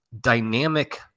dynamic